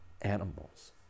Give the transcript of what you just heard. animals